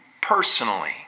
personally